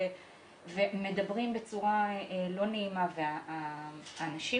מדברים בצורה לא נעימה ואפילו האנשים